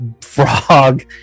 frog